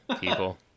people